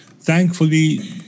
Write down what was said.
thankfully